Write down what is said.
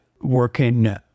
working